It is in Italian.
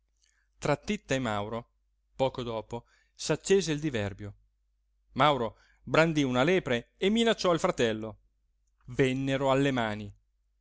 tra titta e mauro poco dopo s'accese il diverbio mauro brandí una lepre e minacciò il fratello vennero alle mani